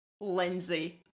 Lindsay